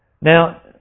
Now